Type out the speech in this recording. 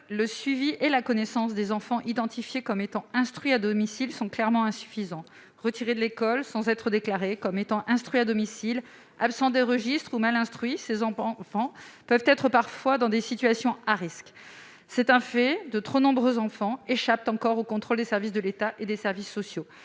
le suivi et la connaissance des enfants instruits à domicile sont clairement insuffisants. Retirés de l'école sans être déclarés comme étant instruits à domicile, absents des registres ou mal instruits, ces enfants se retrouvent parfois dans des situations à risque. C'est un fait : de trop nombreux enfants échappent encore au contrôle des services de l'État et des services sociaux.